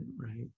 right